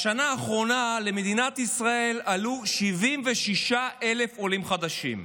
בשנה האחרונה עלו למדינת ישראל 76,000 עולים חדשים,